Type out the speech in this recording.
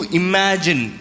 imagine